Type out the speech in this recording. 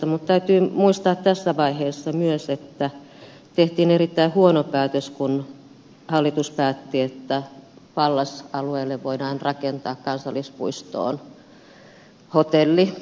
mutta täytyy muistaa tässä vaiheessa myös että tehtiin erittäin huono päätös kun hallitus päätti että pallas alueelle voidaan rakentaa kansallispuistoon hotelli